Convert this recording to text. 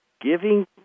giving